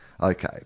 Okay